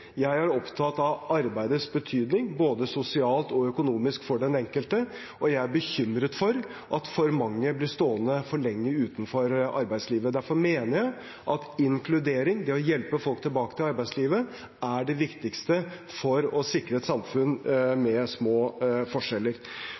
Jeg er opptatt av arbeidets betydning, både sosialt og økonomisk for den enkelte, og jeg er bekymret for at for mange blir stående for lenge utenfor arbeidslivet. Derfor mener jeg at inkludering, det å hjelpe folk tilbake til arbeidslivet, er det viktigste for å sikre et samfunn